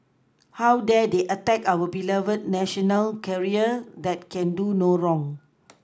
how dare they attack our beloved national carrier that can do no wrong